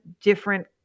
different